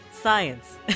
Science